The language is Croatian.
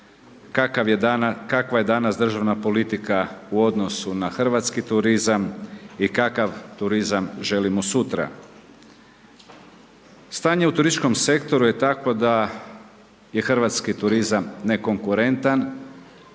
kakva je danas državna politika u odnosu na hrvatski turizam i kakav turizam želimo sutra. Stanje u turističkom sektoru je takvo da je hrvatski turizam nekonkurentan,